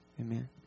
Amen